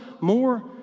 more